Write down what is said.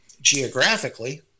geographically